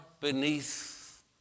beneath